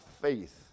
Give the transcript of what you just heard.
faith